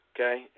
Okay